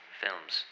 films